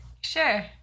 Sure